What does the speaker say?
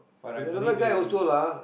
but I believe he